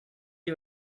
you